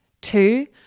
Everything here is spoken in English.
Two